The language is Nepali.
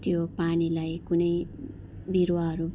त्यो पानीलाई कुनै बिरुवाहरू